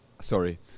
Sorry